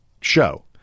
show